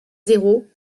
zéro